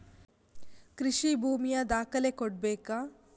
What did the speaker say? ಕೃಷಿ ಭೂಮಿಯ ದಾಖಲೆ ಕೊಡ್ಬೇಕಾ?